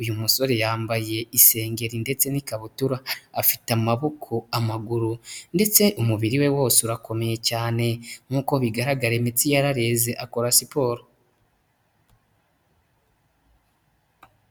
Uyu musore yambaye isengeri ndetse n'ikabutura. Afite amaboko, amaguru ndetse umubiri we wose urakomeye cyane. Nkuko bigaragara imitsi yarareze akora siporo.